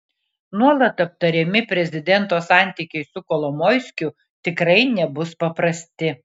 nuolat aptariami prezidento santykiai su kolomoiskiu tikrai nebus paprasti